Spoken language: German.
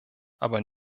aber